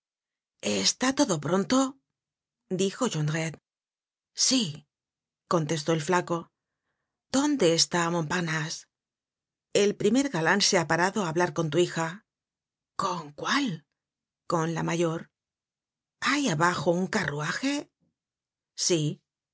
está todo pronto dijo jondrette sí contestó el flaco dónde está montparnassc el primer galan se ha parado á hablar con tu hija con cuál con la mayor hay abajo un carruaje sí